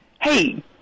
Hey